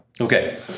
Okay